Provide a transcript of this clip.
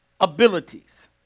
abilities